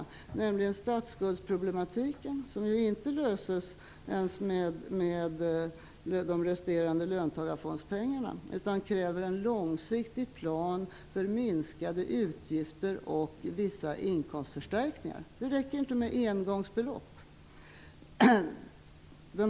Den ena frågan är statsskuldsproblematiken, som inte löses ens med de resterande löntagarfondspengarna utan kräver en långsiktig plan för minskade utgifter och vissa inkomstförstärkningar. Det räcker inte med engångsbelopp.